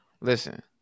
Listen